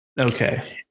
Okay